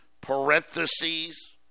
parentheses